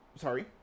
Sorry